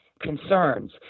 concerns